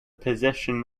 position